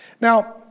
Now